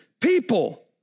people